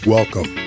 Welcome